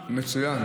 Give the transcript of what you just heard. מצוין.